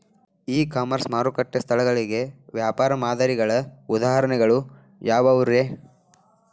E commerce ಮಾರುಕಟ್ಟೆ ಸ್ಥಳಗಳಿಗೆ ವ್ಯಾಪಾರ ಮಾದರಿಗಳ ಉದಾಹರಣೆಗಳು ಯಾವವುರೇ?